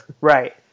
Right